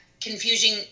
confusing